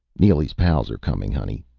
neely's pals are coming, honey,